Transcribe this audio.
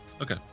okay